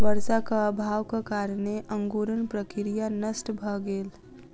वर्षाक अभावक कारणेँ अंकुरण प्रक्रिया नष्ट भ गेल